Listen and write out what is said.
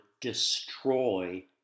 destroy